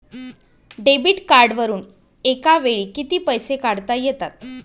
Debit कार्डवरुन एका वेळी किती पैसे काढता येतात?